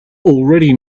already